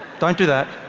don't do that.